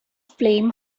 flame